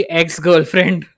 ex-girlfriend